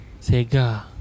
Sega